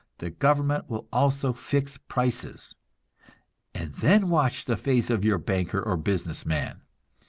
the government will also fix prices and then watch the face of your banker or business man!